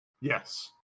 Yes